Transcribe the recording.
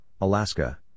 Alaska